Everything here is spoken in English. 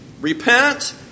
repent